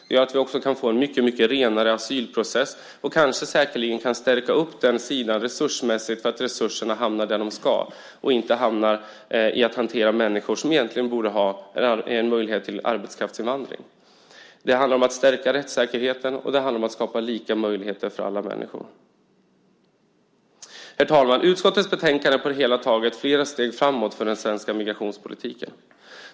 Det gör att vi också kan få en mycket renare asylprocess och säkerligen kan stärka den sidan resursmässigt så att resurserna hamnar där de ska och inte används för att hantera människor som egentligen borde ha en möjlighet till arbetskraftsinvandring. Det handlar om att stärka rättssäkerheten, och det handlar om att skapa lika möjligheter för alla människor. Herr talman! Utskottets betänkande innebär på det hela taget flera steg framåt för den svenska migrationspolitiken.